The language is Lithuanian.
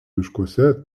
miškuose